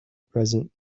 present